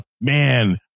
man